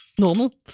Normal